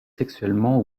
sexuellement